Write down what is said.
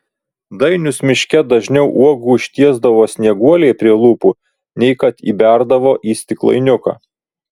dainius miške dažniau uogų ištiesdavo snieguolei prie lūpų nei kad įberdavo į stiklainiuką